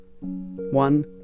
One